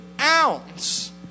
ounce